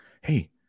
Hey